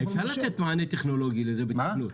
אפשר לתת לזה מענה טכנולוגי בתכנות.